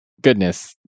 goodness